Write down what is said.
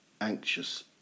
anxious